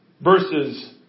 Verses